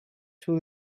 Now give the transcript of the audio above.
too